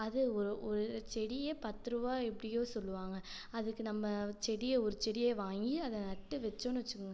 அதே ஒரு ஒரு செடியே பத்து ரூபா எப்படியோ சொல்லுவாங்கள் அதுக்கு நம்ம செடியை ஒரு செடியை வாங்கி அதை நட்டு வச்சோன்னு வச்சுக்கங்க